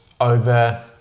over